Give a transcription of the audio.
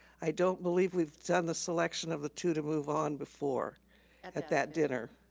i don't believe we've done the selection of the two to move on before at that dinner.